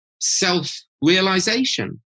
self-realization